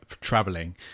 traveling